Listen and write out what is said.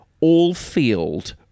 all-field